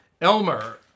Elmer